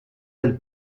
del